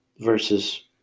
versus